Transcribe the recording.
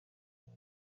ubu